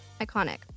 Iconic